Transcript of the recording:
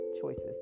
choices